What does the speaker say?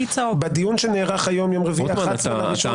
בדיון שנערך היום יום רביעי ה-11 בינואר 2023